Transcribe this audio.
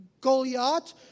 Goliath